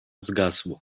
zgasło